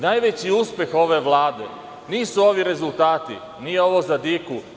Najveći uspeh ove Vlade nisu ovi rezultati, nije ovo za diku.